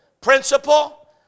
principle